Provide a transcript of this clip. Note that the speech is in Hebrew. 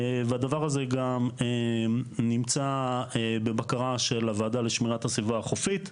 והדבר הזה גם נמצא בבקרה של הוועדה לשמירת הסביבה החופית,